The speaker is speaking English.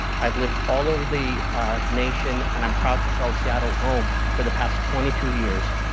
i have lived all over the nation and i'm proud to call seattle home for the past twenty two years.